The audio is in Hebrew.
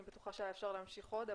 אני בטוחה שהיה אפשר להמשיך עוד.